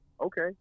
Okay